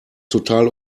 total